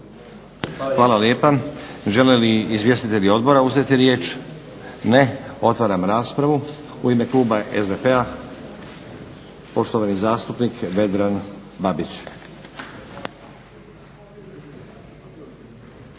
Hvala lijepa. Žele li izvjestitelji odbora uzeti riječ? Ne. Otvaram raspravu. U ime kluba SDP-a poštovani zastupnik Vedran Babić.